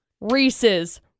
reese's